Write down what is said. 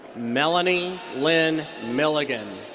melanie lynne milligan.